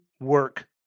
work